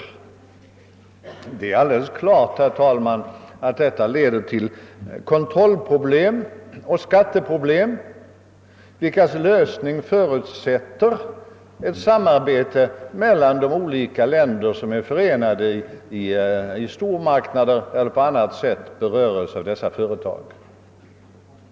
Det är alldeles klart, herr talman, att detta leder till kontrollproblem och skatteproblem vilkas lösning förutsätter ett samarbete mellan de stater som är förenade i stormarknader eller på annat sätt berörs av dessa företag.